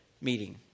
meeting